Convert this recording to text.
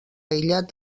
aïllat